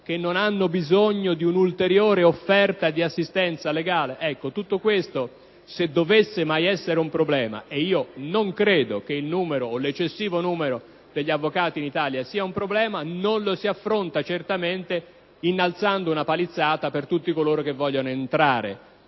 hanno forse bisogno di un'ulteriore offerta di assistenza legale? Tutto questo, se dovesse mai essere un problema (e io non credo che l'eccessivo numero degli avvocati in Italia sia un problema), non si affronta certamente innalzando una palizzata dinanzi a tutti quelli che vogliono accedere